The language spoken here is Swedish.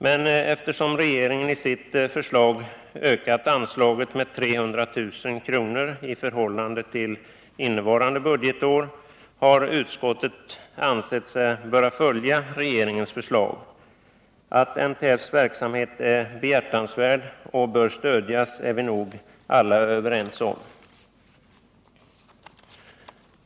Men eftersom regeringens förslag innebär att anslaget ökas med 300 000 kr. jämfört med anslaget under innevarande budgetår har utskottet ansett sig böra följa regeringens förslag. Att NTF:s verksamhet är behjärtansvärd och bör stödjas är vi nog alla överens om.